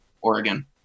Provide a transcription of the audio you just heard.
Oregon